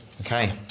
okay